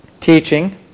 teaching